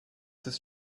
this